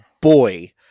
Boy